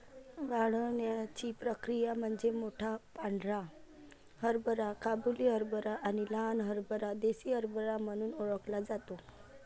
वाढण्याची प्रक्रिया म्हणजे मोठा पांढरा हरभरा काबुली हरभरा आणि लहान हरभरा देसी हरभरा म्हणून ओळखला जातो